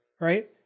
right